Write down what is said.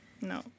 No